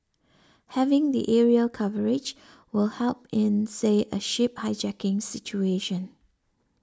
having the aerial coverage will help in say a ship hijacking situation